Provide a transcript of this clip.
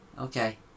okay